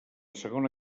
segona